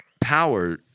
power